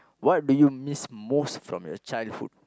what do you miss most from your childhood